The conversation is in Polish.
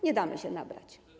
Nie damy się nabrać.